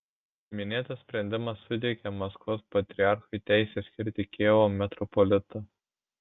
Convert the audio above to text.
minėtas sprendimas suteikė maskvos patriarchui teisę skirti kijevo metropolitą